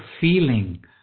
feeling